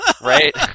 Right